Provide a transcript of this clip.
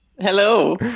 Hello